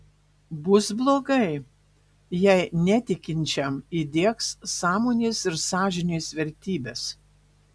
bus blogai jei netikinčiam įdiegs sąmonės ir sąžinės vertybes